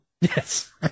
Yes